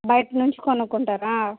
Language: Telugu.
బయట నుంచి కొనుక్కుంటారా